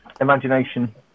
imagination